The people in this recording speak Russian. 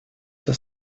все